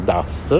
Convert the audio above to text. Das